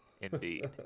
Indeed